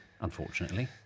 unfortunately